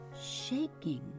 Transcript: shaking